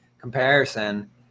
comparison